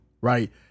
right